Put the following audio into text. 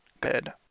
good